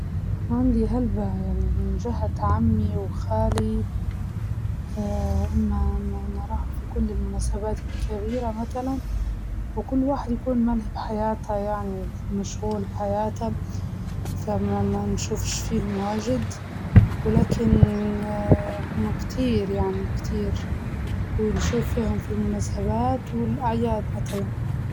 أبناء عمي وخالي واجديييييين، يعني تقريبا هيك حوالي عشرة أو أكتر بنشوفهم بين فترة وفترة، في المناسبات العائلية والجمعات.